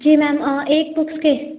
जी ma'am एक books के